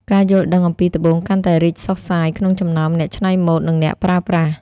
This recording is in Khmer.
ការយល់ដឹងអំពីត្បូង កាន់តែរីកសុះសាយក្នុងចំណោមអ្នកច្នៃម៉ូដ និងអ្នកប្រើប្រាស់។